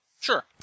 Sure